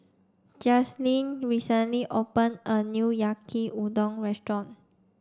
Justyn recently open a new Yaki Udon restaurant